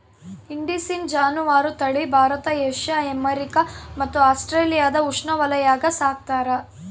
indicine ಜಾನುವಾರು ತಳಿ Bharat Asia America ಮತ್ತು ಆಸ್ಟ್ರೇಲಿಯಾದ ಉಷ್ಣವಲಯಾಗ ಸಾಕ್ತಾರ